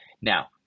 Now